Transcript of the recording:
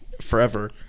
Forever